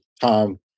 Tom